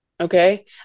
Okay